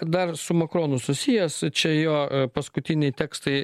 dar su makronu susijęs čia jo paskutiniai tekstai